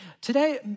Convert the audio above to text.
Today